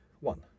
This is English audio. One